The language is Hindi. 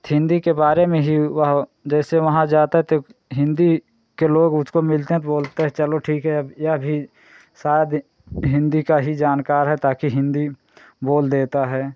हिन्दी के बारे में ही वह जैसे वहाँ जाता तो हिन्दी के लोग उसको मिलते हैं तो बोलता है चलो ठीक है अब यह भी साथ हिन्दी का ही जानकार है ताकि हिन्दी बोल देता है